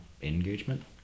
Engagement